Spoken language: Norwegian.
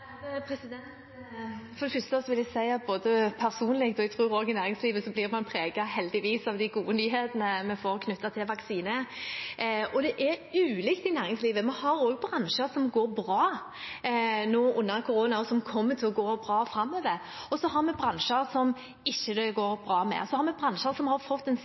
For det første vil jeg si at både personlig og jeg tror også i næringslivet, heldigvis, blir man preget av de gode nyhetene vi får knyttet til vaksine. Det er ulikt i næringslivet. Vi har også bransjer som går bra nå under koronaen, og som kommer til å gå bra framover. Vi har bransjer som det ikke går bra med. Vi har bransjer som fikk en